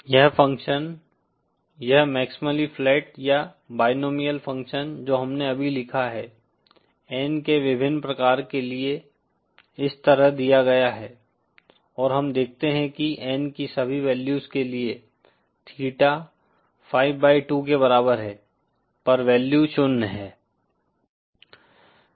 यह फंक्शन यह maximally flat या बायनोमिअल फंक्शन जो हमने अभी लिखा है N के विभिन्न प्रकार के लिए इस तरह दिया गया है और हम देखते हैं कि N की सभी वैल्यूज के लिए थीटा 5 बाय 2 के बराबर है पर वैल्यू शून्य है